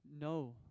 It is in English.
no